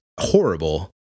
horrible